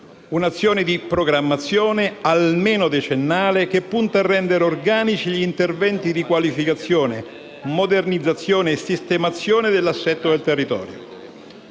Un'azione di programmazione almeno decennale che punta a rendere organici gli interventi di qualificazione, modernizzazione e sistemazione dell'assetto del territorio.